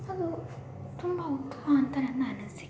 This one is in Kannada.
ಅದು ತುಂಬ ಉತ್ತಮ ಅಂತ ನನ್ನ ಅನಿಸಿಕೆ